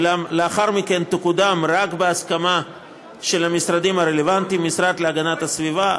ולאחר מכן תקודם רק בהסכמת המשרדים הרלוונטיים: המשרד להגנת הסביבה,